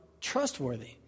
trustworthy